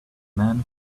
man